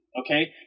Okay